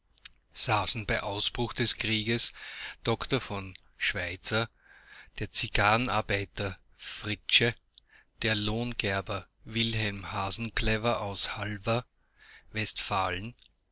saßen bei ausbruch des krieges dr v schweitzer der zigarrenarbeiter fritzsche der lohgerber wilhelm hasenclever aus halver westfalen